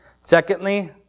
Secondly